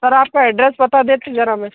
sir आपका address बता देते जरा हमें